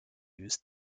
use